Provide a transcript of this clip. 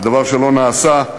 זה דבר שלא נעשה.